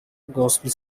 gospel